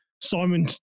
Simon